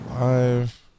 live